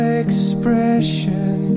expression